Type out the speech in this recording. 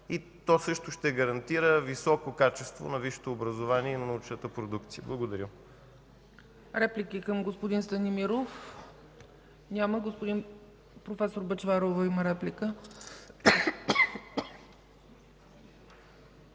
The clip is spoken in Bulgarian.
и то също ще гарантира високо качество на висшето образование и на научната продукция. Благодаря.